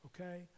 okay